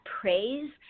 praise